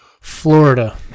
Florida